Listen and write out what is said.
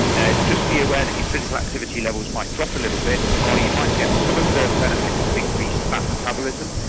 then just be aware that your physical activity levels might drop a little bit, and while you might get some of the benefits of increased fat metabolism,